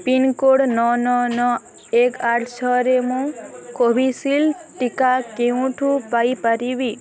pincode ନଅ ନଅ ନଅ ଏକ ଆଠ ଛଅରେ ମୁଁ କୋଭିଶିଲ୍ଡ଼୍ ଟିକା କେଉଁଠୁ ପାଇପାରିବି